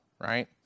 right